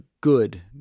good